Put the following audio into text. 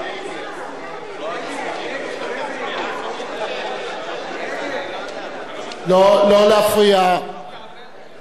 בל"ד רע"ם-תע"ל חד"ש להביע אי-אמון בממשלה לא נתקבלה.